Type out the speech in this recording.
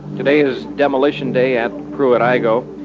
today is demolition day at pruitt-igoe.